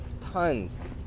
Tons